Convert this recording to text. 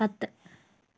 പത്ത്